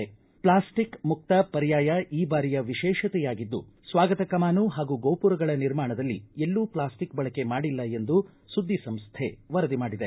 plastic ಮುಕ್ತ ಪರ್ಯಾಯ ಈ ಬಾರಿಯ ವಿಶೇಷತೆಯಾಗಿದ್ದು ಸ್ವಾಗತ ಕಮಾನು ಹಾಗೂ ಗೋಪುರಗಳ ನಿರ್ಮಾಣದಲ್ಲಿ ಎಲ್ಲೂ ಪ್ಲಾಸ್ಟಿಕ್ ಬಳಕೆ ಮಾಡಿಲ್ಲ ಎಂದು ಸುದ್ದಿ ಸಂಸ್ಟೆ ವರದಿ ಮಾಡಿದೆ